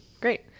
Great